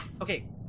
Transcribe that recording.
Okay